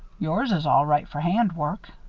yours is all right for hand work.